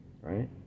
Right